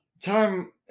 Time